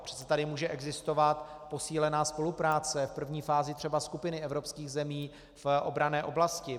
Přece tady může existovat posílená spolupráce v první fázi třeba skupiny evropských zemí v obranné oblasti.